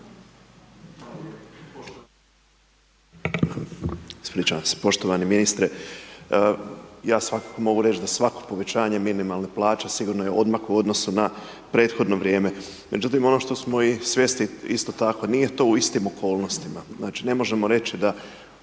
Ispričavam se. Poštovani ministre, ja svakako mogu reći da svako povećanje minimalne plaće sigurno je odmak u odnosu na prethodno vrijeme. Međutim ono što smo i svjesni isto tako nije to u istim okolnostima. Znači ne možemo reći da